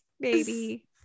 baby